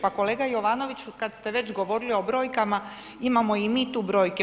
Pa kolega Jovanoviću kada ste već govorili o brojkama, imamo i mi tu brojke.